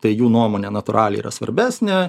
tai jų nuomone natūraliai yra svarbesnė